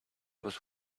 was